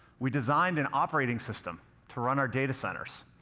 we designed an operating system to run our data centers.